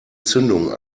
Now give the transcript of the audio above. zündung